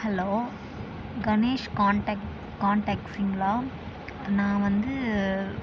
hello Ganesh contact கான் டேக்ஸிங்களா நான் வந்து